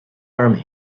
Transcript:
orm